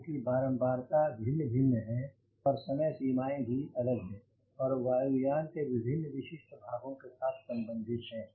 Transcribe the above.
इनकी बारम्बारता भिन्न भिन्न है समय सीमायें भी अलग हैं और वायु यान के विभिन्न विशिष्ट भागों के साथ संबंधित हैं